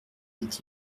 dit